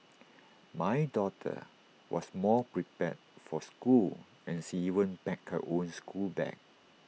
my daughter was more prepared for school and she even packed her own schoolbag